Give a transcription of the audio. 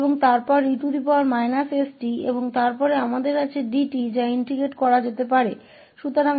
और फिर e st और फिर हमारे पास d𝑡 है जिसे इंटेग्रटिंग किया जा सकता है